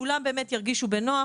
שכולם ירגישו בנוח.